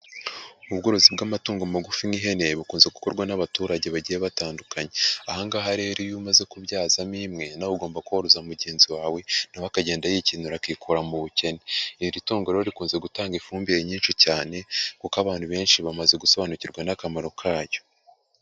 Ubworozi bw'amatungo magufi n'ihene bukunze gukorwa n'abaturage bagiye batandukanye, aha ngaha rero iyo umaze kubyazamo imwe nawe ugomba koroza mugenzi wawe na we akagenda yikenura akikura mu bukene. Iri tungo rero rikunze gutanga ifumbire nyinshi cyane kuko abantu benshi bamaze gusobanukirwa n'akamaro kayo.